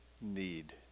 need